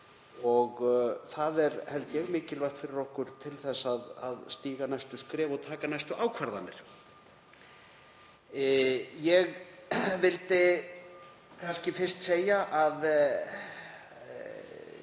og það er, held ég, mikilvægt fyrir okkur til að stíga næstu skref og taka næstu ákvarðanir. Ég vildi fyrst segja að